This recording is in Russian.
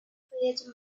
поедем